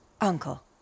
Uncle